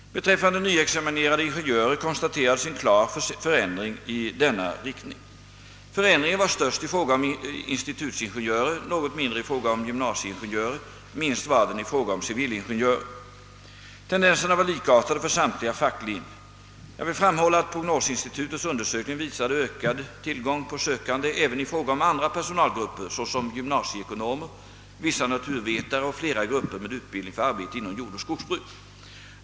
Beträffande nyexaminerade ingenjörer konstaterades en klar förändring i denna riktning. Förändringen var störst i fråga om institutsingenjörer, något mindre i fråga om gymnasieingenjörer; minst var den i fråga om civilingenjörer. Tendenserna var likartade för samtliga facklinjer. Jag vill framhålla att prognosinstitutets undersökning visade ökad tillgång på sökande även i fråga om andra personalgrupper såsom gymnasieekonomer, vissa naturvetare och flera grupper med utbildning för arbete inom jordoch skogsbruk.